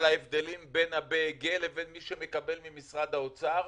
ההבדלים בין ה-BEG לבין מי שמקבל ממשרד האוצר,